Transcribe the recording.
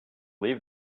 leave